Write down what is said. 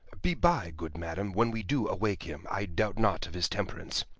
be by, good madam, when we do awake him i doubt not of his temperance.